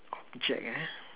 object ah